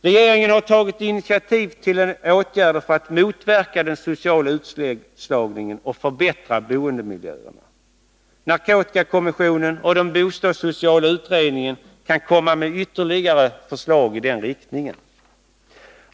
Regeringen har tagit initiativ till åtgärder för att motverka den sociala utslagningen och förbättra boendemiljöerna. Narkotikakommissionen och den bostadssociala utredningen kan komma med ytterligare förslag i den riktningen.